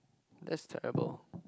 that's terrible